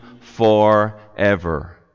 forever